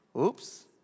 Oops